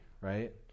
right